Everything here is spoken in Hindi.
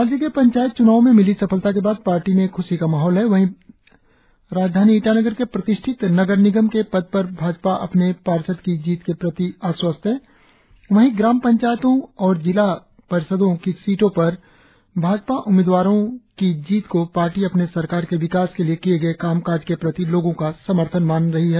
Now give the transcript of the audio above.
राज्य के पंचायत च्नावो में मिली सफलता के बाद पार्टी में खुशी का माहौल है वही राजधानी ईटानगर के प्रतिष्ठित नगर निगम के पद पर भाजपा अपने पार्षद की जीत के प्रति आश्वस्त है वही ग्राम पंचायतो और जिला परिषदों की सीटों पर भाजपा उम्मीदवारों की जीत को पार्टी अपने सरकार के विकास के लिए किए गए कामकाज के प्रति लोगो का समर्थन मान रही है